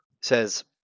says